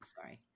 sorry